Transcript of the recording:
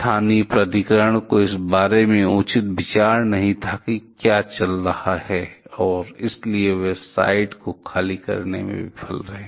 स्थानीय प्राधिकरण को इस बारे में उचित विचार नहीं था कि क्या चल रहा है और इसलिए वे साइट को खाली करने में विफल रहे